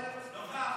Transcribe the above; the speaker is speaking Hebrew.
אינו נוכח,